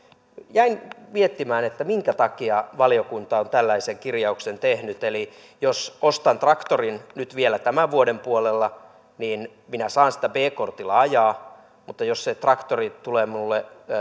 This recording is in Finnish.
jäin miettimään minkä takia valiokunta on tällaisen kirjauksen tehnyt eli jos ostan traktorin nyt vielä tämän vuoden puolella niin minä saan sitä b kortilla ajaa mutta jos se traktori tulee minulle